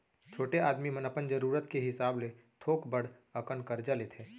छोटे आदमी मन अपन जरूरत के हिसाब ले थोक बड़ अकन करजा लेथें